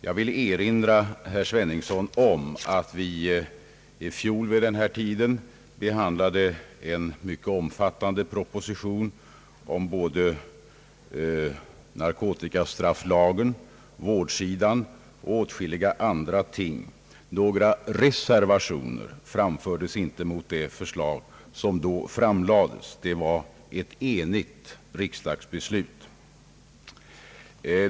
Jag vill erinra herr Sveningsson om att vi i fjol vid denna tid behandlade en mycket omfattande proposition om både narkotikastrafflagen, vårdsidan och åtskilliga andra ting. Några reservationer framfördes inte mot det förslag som då framlades. Det var ett enigt riksdagsbeslut.